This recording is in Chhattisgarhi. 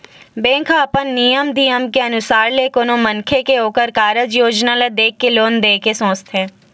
बेंक ह अपन नियम धियम के अनुसार ले कोनो मनखे के ओखर कारज योजना ल देख के लोन देय के सोचथे